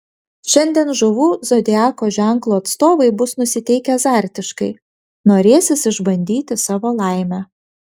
šiandien žuvų zodiako ženklo atstovai bus nusiteikę azartiškai norėsis išbandyti savo laimę